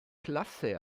classe